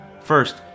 First